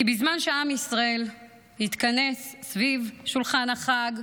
כי בזמן שעם ישראל יתכנס סביב שולחן החג,